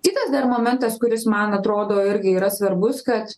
kitas dar momentas kuris man atrodo irgi yra svarbus kad